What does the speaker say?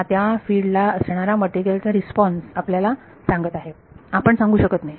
हा त्या फिल्ड ला असणारा मटेरियल चा रिस्पॉन्स आपल्याला सांगत आहे आपण सांगू शकत नाही